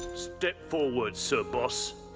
step forward, sir boss.